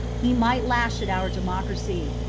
he might lash our democracy,